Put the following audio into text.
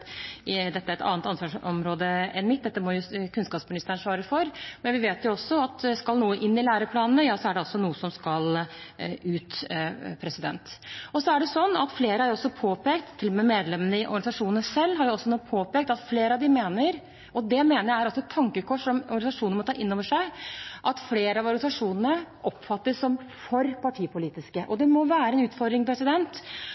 dette inn i læreplanene. Da er vi over i et annet ansvarsområde enn mitt, dette må kunnskapsministeren svare for. Men vi vet at skal noe inn i læreplanene, er det også noe som skal ut. Flere, til og med medlemmer i organisasjonene selv, har også påpekt at de mener – og det mener jeg er et tankekors som organisasjonene må ta inn over seg – at flere av organisasjonene oppfattes som for partipolitiske.